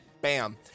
Bam